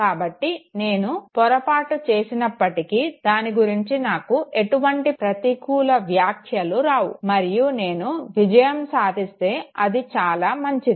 కాబట్టి నేను పొరపాటు చేసినప్పటికీ దాని గురించి నాకు ఎటువంటి ప్రతికూల వ్యాఖ్యలు రావు మరియు నేను విజయం సాధిస్తే అది చాలా మంచిది